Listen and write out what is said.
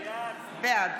בעד